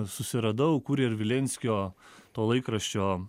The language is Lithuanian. susiradau kur ir vilenskio to laikraščio